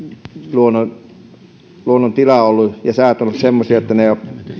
luonnon luonnon tila ja sää ovat olleet semmoisia että ne